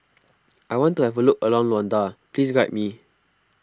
I want to have a look around Luanda please guide me